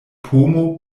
pomo